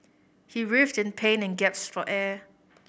he writhed in pain and gaps for air